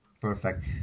Perfect